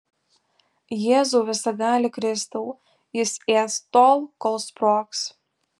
jėzau visagali kristau jis ės tol kol sprogs